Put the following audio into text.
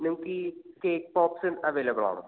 നിങ്ങൾക്ക് ഈ cake option available ആണോ